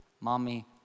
mommy